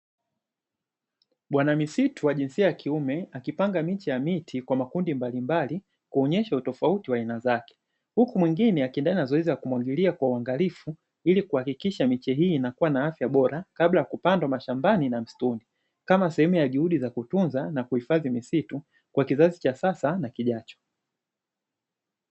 Bwana misitu wa jinsia ya kuime akipanga micheya miti kwa makundi mbalimbali kuonyesha utafauti wa aina zake ,huku mwingine akiendelea na zoezi la kumwagilia kwa uangalifu kuhakikisha miche hii inakua na afya bora kabla ya kupandwa mashambani na msituni kama sehemu ya juhudi za kutunza na kuifadhi misitu kwa kizazi cha sasa na kijacho.